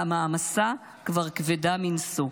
והמעמסה כבר כבדה מנשוא.